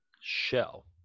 Shell